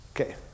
Okay